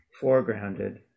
foregrounded